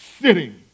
sitting